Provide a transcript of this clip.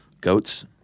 Goats